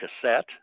cassette